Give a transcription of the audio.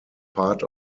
part